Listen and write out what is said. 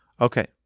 Okay